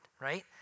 right